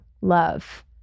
love